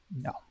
no